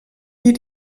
wie